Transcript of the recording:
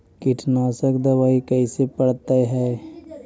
कीटनाशक दबाइ कैसे पड़तै है?